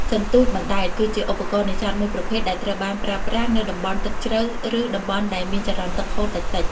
សន្ទូចបណ្ដែត គឺជាឧបករណ៍នេសាទមួយប្រភេទដែលត្រូវបានប្រើប្រាស់នៅតំបន់ទឹកជ្រៅ ឬតំបន់ដែលមានចរន្តទឹកហូរតិចៗ។